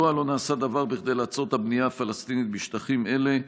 2. מדוע לא נעשה דבר כדי לעצור את הבנייה הפלסטינית בשטחים אלה?